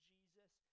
Jesus